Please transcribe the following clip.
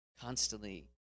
constantly